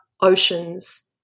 OCEAN's